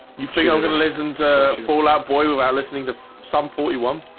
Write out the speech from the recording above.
you figure i'm gonna listen to fall out boy without listening to some forty one